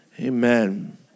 Amen